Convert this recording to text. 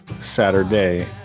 Saturday